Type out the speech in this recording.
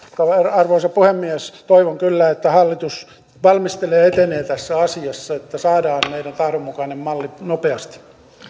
arvoisa puhemies toivon kyllä että hallitus valmistelee ja etenee tässä asiassa että saadaan meidän tahtomme mukainen malli nopeasti arvoisa